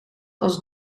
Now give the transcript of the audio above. als